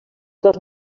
dos